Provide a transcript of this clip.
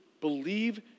believe